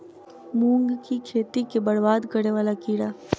मूंग की खेती केँ बरबाद करे वला कीड़ा?